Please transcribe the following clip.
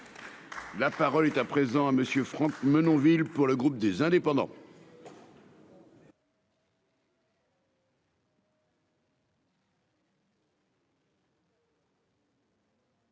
La parole est à M. Franck Menonville, pour le groupe Les Indépendants